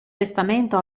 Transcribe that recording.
testamento